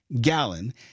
gallon